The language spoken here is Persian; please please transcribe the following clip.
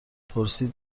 پرسید